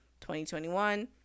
2021